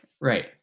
Right